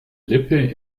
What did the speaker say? lippe